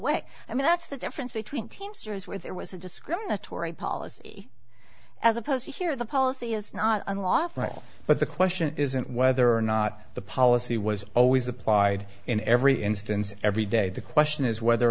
way i mean that's the difference between teamsters where there was a discriminatory policy as opposed to here the policy is not unlawful but the question isn't whether or not the policy was always applied in every instance every day the question is whether or